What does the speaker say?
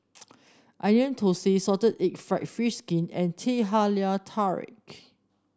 Onion Thosai Salted Egg fried fish skin and Teh Halia Tarik